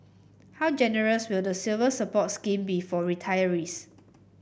how generous will the Silver Support scheme be for retirees